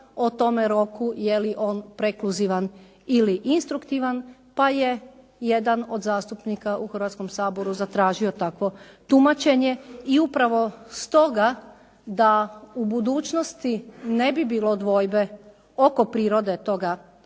o tome roku je li o prekluzivan ili instruktivan, pa je jedan od zastupnika u Hrvatskom saboru zatražio takvo tumačenje. I upravo stoga da u budućnosti ne bi bilo dvojbe oko prirode toga